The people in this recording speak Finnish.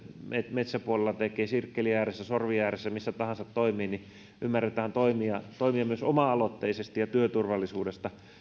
metsäpuolella tekee sirkkelin ääressä sorvin ääressä missä tahansa toimii niin ymmärretään toimia toimia myös oma aloitteisesti työturvallisuudesta